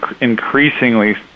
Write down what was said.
increasingly